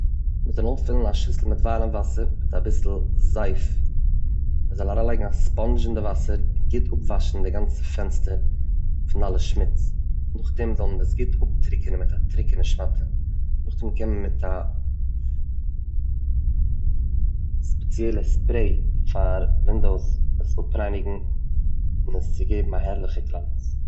מען זאל אנפילן א שיסל מיט ווארעם וואסער און אביסל זייף, מען זאל אריינלייגן א ספאנזש אין די וואסער גוט אפוואשן די גאנצע פענסטער פון אלע שמוץ, נאכדעם זאל מען עס גוט אפטרוקענען מיט א טרוקענע שמאטע נאכדעם מיט א ספעציעלע ספרעי פאר ווינדאס עס אפרייניגן און עס צוגעבן א הערליכע גלאנץ.